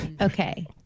Okay